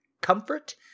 comfort